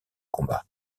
combat